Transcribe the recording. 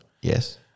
Yes